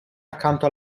accanto